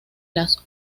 las